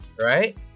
right